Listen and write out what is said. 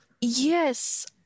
yes